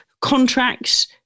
Contracts